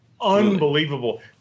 unbelievable